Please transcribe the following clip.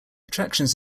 attractions